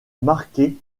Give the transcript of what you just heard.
marquer